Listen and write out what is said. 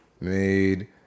made